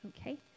Okay